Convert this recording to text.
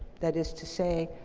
that is to say,